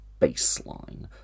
baseline